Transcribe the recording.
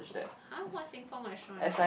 !huh! what Xin-Feng restaurant